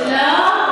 לא,